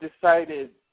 decided